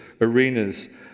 arenas